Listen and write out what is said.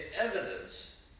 evidence